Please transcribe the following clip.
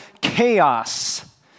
Chaos